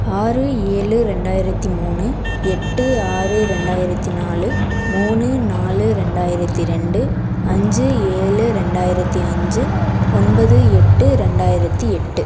ஆறு ஏழு ரெண்டாயிரத்து மூணு எட்டு ஆறு ரெண்டாயிரத்து நாலு மூணு நாலு ரெண்டாயிரத்து ரெண்டு அஞ்சு ஏழு ரெண்டாயிரத்து அஞ்சு ஒன்பது எட்டு ரெண்டாயிரத்து எட்டு